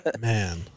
Man